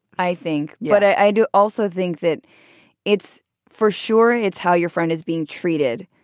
i think what i do also think that it's for sure it's how your friend is being treated.